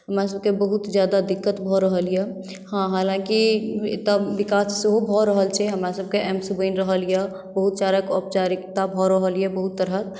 हमरासभके बहुत ज्यादा दिक्कत भऽ रहल यए हँ हलाँकि एतहु विकास सेहो भऽ रहल छै हमरासभके एम्स बनि रहल यए बहुत सारा औपचारिकता भऽ रहल यए बहुत तरहक